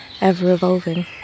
ever-evolving